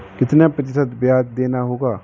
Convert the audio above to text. कितना प्रतिशत ब्याज देना होगा?